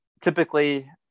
typically